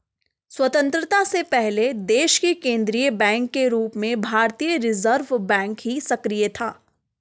स्वतन्त्रता से पहले देश के केन्द्रीय बैंक के रूप में भारतीय रिज़र्व बैंक ही सक्रिय था